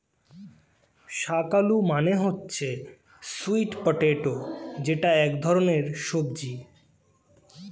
শাক আলু মানে হচ্ছে স্যুইট পটেটো যেটা এক ধরনের সবজি